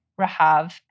Rahav